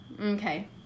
Okay